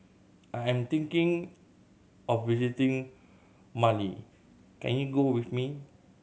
I am thinking of visiting Mali can you go with me